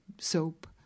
soap